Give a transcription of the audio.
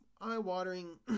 eye-watering